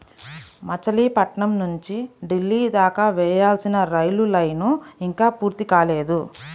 మచిలీపట్నం నుంచి ఢిల్లీ దాకా వేయాల్సిన రైలు లైను ఇంకా పూర్తి కాలేదు